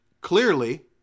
Clearly